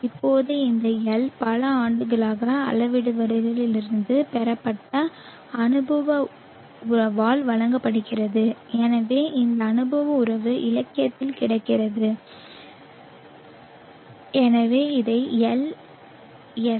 இப்போது இந்த L பல ஆண்டுகளாக அளவீடுகளிலிருந்து பெறப்பட்ட அனுபவ உறவால் வழங்கப்படுகிறது எனவே இந்த அனுபவ உறவு இலக்கியத்தில் கிடைக்கிறது எனவே இதை LSC